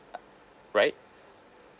uh right